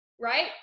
right